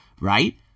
right